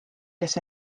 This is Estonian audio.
kes